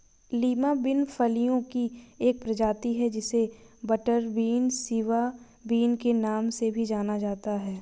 Lima bean फलियों की एक प्रजाति है जिसे बटरबीन, सिवा बिन के नाम से भी जाना जाता है